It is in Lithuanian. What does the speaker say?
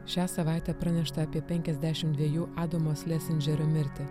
šią savaitę pranešta apie penkiasdešim dviejų adamos lesendžerio mirtį